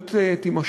ההתעללות תימשך.